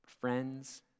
Friends